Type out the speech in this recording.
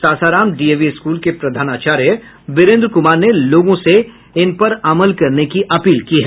Sasaram DAV school के प्रधानाचार्य बीरेन्द्र कुमार ने लोगों से इन पर अमल करने की अपील की है